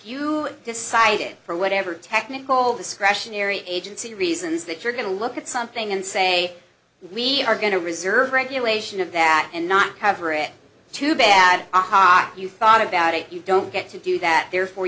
you decided for whatever technical the scrushy narry agency reasons that you're going to look at something and say we are going to reserve regulation of that and not cover it too bad aha you thought about it you don't get to do that therefor